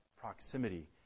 proximity